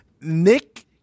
Nick